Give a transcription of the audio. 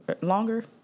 Longer